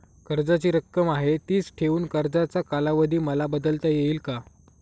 कर्जाची रक्कम आहे तिच ठेवून कर्जाचा कालावधी मला बदलता येईल का?